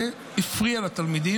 כשאנחנו עסוקים, אני הייתי חייל בצנחנים,